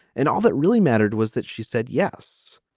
and all that really mattered was that she said yes